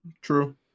true